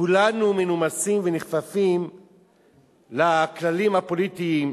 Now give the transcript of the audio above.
כולנו מנומסים ונכפפים לכללים הפוליטיים.